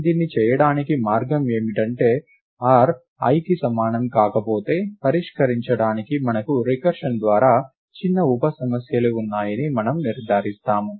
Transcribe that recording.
దీన్ని చేయడానికి మార్గం ఏమిటంటే r iకి సమానం కాకపోతే పరిష్కరించడానికి మనకు రికర్షన్ ద్వారా చిన్న ఉప సమస్యలు ఉన్నాయని మనము నిర్ధారిస్తాము